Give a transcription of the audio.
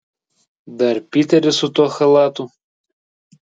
dar piteris su tuo chalatu